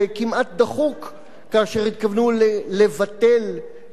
כאשר התכוונו לבטל חקיקות של הכנסת